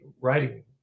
writing